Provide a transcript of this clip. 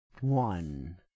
one